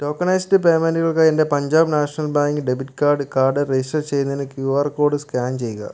tokenised പേയ്മെൻറ്റുകൾക്കായി എൻ്റെ Punjab National Bank debit card card register ചെയ്യുന്നതിന് ക്യു ആർ കോഡ് സ്കാൻ ചെയ്യുക